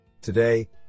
Today